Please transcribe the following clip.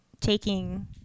taking